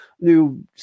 new